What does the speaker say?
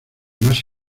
más